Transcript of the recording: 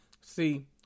See